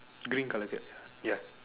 green colour shirt ya